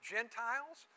Gentiles